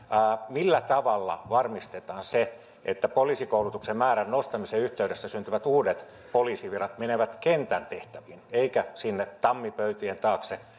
millä tavalla varmistetaan se että poliisikoulutuksen määrän nostamisen yhteydessä syntyvät uudet poliisivirat menevät kentän tehtäviin eikä sinne tammipöytien taakse